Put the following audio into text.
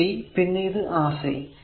ഇത് c പിന്നെ ഇത് Rc